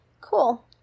Cool